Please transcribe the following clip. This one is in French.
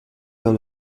dans